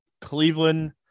Cleveland